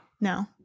No